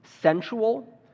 sensual